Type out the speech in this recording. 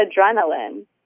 adrenaline